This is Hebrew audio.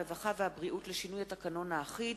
הרווחה והבריאות לשינוי התקנון האחיד),